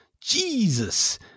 Jesus